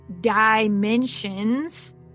dimensions